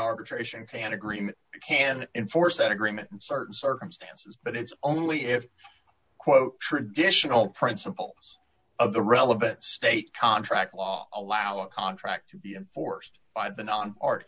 agreement can enforce that agreement in certain circumstances but it's only if i quote traditional principles of the relevant state contract law allow a contract to be enforced by the non art